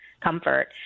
comfort